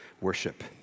worship